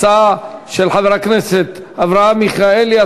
הצעה של חבר הכנסת אברהם מיכאלי,